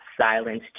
silence